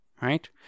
right